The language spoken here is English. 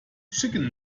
chicken